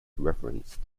referenced